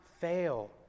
fail